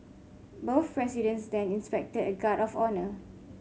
both presidents then inspected a guard of honour